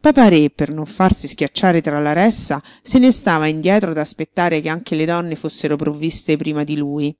papa-re per non farsi schiacciare tra la ressa se ne stava indietro ad aspettare che anche le donne fossero provviste prima di lui